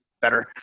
better